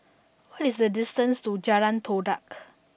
what is the distance to Jalan Todak